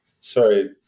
sorry